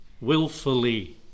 willfully